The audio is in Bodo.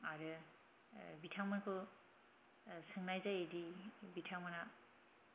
आरो बिथांमोनखौ सोंनाय जायो दि बिथांमोना